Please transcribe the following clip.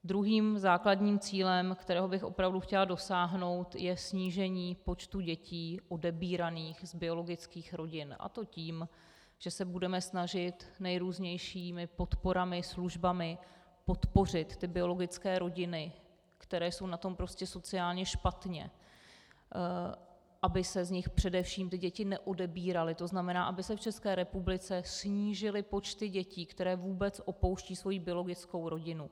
Druhým základním cílem, kterého bych opravdu chtěla dosáhnout, je snížení počtu dětí odebíraných z biologických rodin, a to tím, že se budeme snažit nejrůznějšími podporami, službami podpořit biologické rodiny, které jsou na tom prostě sociálně špatně, aby se z nich především ty děti neodebíraly, to znamená, aby se v České republice snížily počty dětí, které vůbec opouštějí svou biologickou rodinu.